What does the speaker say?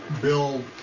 Bill